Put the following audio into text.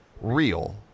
real